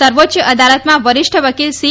સર્વોચ્ય અદાલતમાં વરિષ્ઠ વકીલ સી